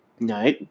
No